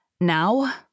Now